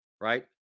Right